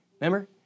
Remember